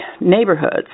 neighborhoods